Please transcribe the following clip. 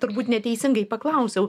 turbūt neteisingai paklausiau